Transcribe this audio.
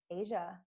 Asia